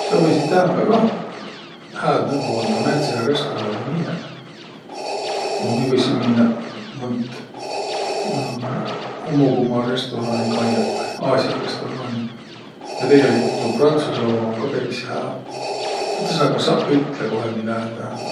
Sa võisiq täämbä kah hääd nõvvo andaq, määntsehe restoraani minnäq. No mi võisiq minnäq mõnt hummogumaa restoraani kaia vai, Aasia restoraani? Ja tegeligult tuu Prantsusõ uma um ka peris hää. Üte sõnaga saq ütleq, kohe mi lää täämbä!